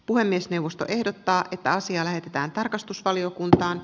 puhemiesneuvosto ehdottaa että asia lähetetään tarkastusvaliokuntaan